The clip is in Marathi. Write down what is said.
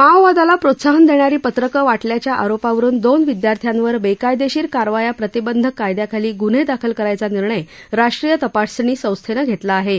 माओवादाला प्रोत्साहन दप्राारी पत्रकं वाटल्याच्या आरोपावरुन दोन विद्यार्थ्यांवर बक्रायदश्वीर कारवाया प्रतिबंधक कायद्याखाली ग्न्ह दाखल करायचा निर्णय राष्ट्रीय तपासणी संस्थब्रं घप्राला आह